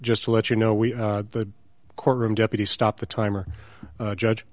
just to let you know we had the courtroom deputy stop the timer judge